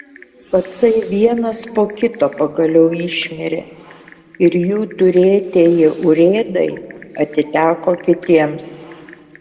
pacai vienas po kito pagaliau išmirė ir jų turėtieji urėdai atiteko kitiems